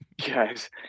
Guys